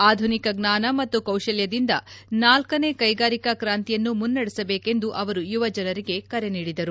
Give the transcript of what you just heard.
ಆಧುನಿಕ ಜ್ವಾನ ಮತ್ತು ಕೌಶಲ್ವದಿಂದ ನಾಲ್ಕನೇ ಕೈಗಾರಿಕಾ ಕಾಂತಿಯನ್ನು ಮುನ್ನಡೆಸಬೇಕು ಎಂದು ಅವರು ಯುವಜನರಿಗೆ ಕರೆ ನೀಡಿದರು